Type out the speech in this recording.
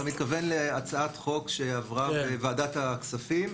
אתה מתכוון להצעת חוק שעברה בוועדת הכספים?